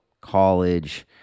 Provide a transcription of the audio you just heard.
college